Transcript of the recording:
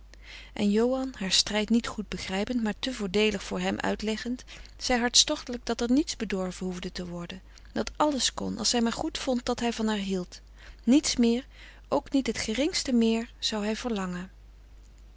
en johan haar strijd niet goed begrijpend maar te voordeelig voor hem uitleggend zei hartstochtelijk dat er niets bedorven hoefde te worden dat alles kon als zij maar goed vond dat hij van haar hield niets meer ook niet het geringste meer zou hij verlangen